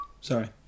Sorry